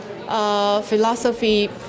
philosophy